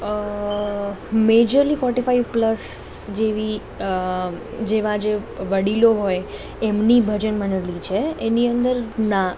અ majorly forty five plus જેવી અ જેવા જે વડીલો હોય એમની ભજન મંડળી છે એની અંદર ના